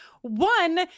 One